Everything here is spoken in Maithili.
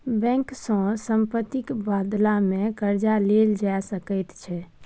बैंक सँ सम्पत्तिक बदलामे कर्जा लेल जा सकैत छै